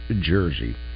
Jersey